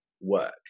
work